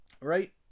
Right